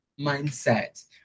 mindset